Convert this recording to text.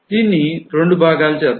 దీన్ని రెండు భాగాలు చేద్దాం